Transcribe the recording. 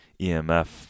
EMF